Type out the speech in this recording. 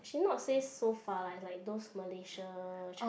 actually not say so far lah it's like those Malaysia